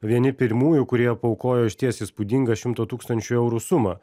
vieni pirmųjų kurie paaukojo išties įspūdingą šimto tūkstančių eurų sumą